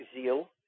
zeal